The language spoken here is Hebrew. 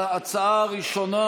ההצעה הראשונה,